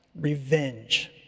revenge